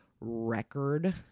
record